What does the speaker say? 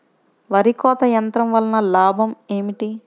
వరి కోత యంత్రం వలన లాభం ఏమిటి?